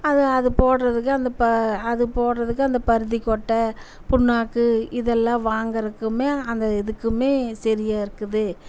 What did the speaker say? அது அது போடுறதுக்கு அந்த ப அது போடுறதுக்கு அந்த பருத்தி கொட்டை பிண்ணாக்கு இதெல்லாம் வாங்குறதுக்குமே அந்த இதுக்குமே சரியா இருக்குது